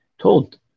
told